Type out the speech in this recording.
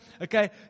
okay